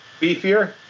beefier